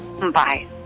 Bye